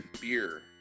beer